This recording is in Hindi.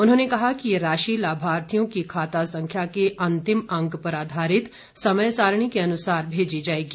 उन्होंने कहा कि यह राशि लाभार्थियों की खाता संख्या के अंतिम अंक पर आधारित समय सारणी के अनुसार भेजी जाएगी